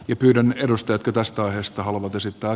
yhden edustaja taas toisesta halunnut asettaa